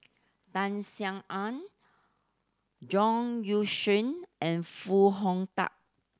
Tan Sin Aun Zhang Youshuo and Foo Hong Tatt